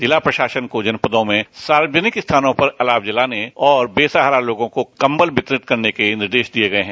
ज़िला प्रशासन को जनपदों में सार्वजनिक स्थानों पर अलाव जलाने और बेसहारा लोगों को कंबल वितरित करने के निर्देश दिए गए हैं